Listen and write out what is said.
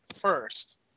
first